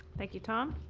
thank you, tom.